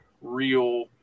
real